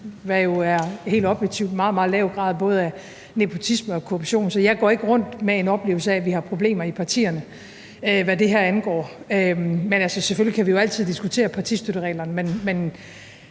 der jo helt objektivt er en meget, meget lav grad af både nepotisme og korruption. Så jeg går ikke rundt med en oplevelse af, at vi har problemer i partierne, hvad det her angår. Men altså, selvfølgelig kan vi jo altid diskutere partistøttereglerne. Men